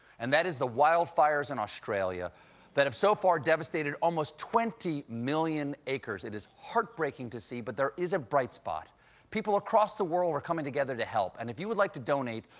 and that is the wildfires in australia that have so far devastated almost twenty million acres. it is heartbreaking to see. but there is a bright spot people across the world are coming together to help. and if you'd like to donate,